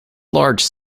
large